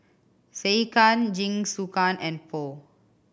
Sekihan Jingisukan and Pho